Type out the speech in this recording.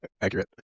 Accurate